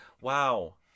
Wow